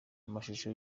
amashusho